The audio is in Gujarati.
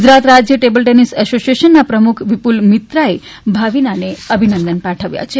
ગુજરાત રાજ્ય ટેબલ ટેનિસ એસોસિએશનના પ્રમુખ વિપુલ મિત્રા એ ભાવિનાને અભિનંદન પાઠવ્યા છે